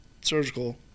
surgical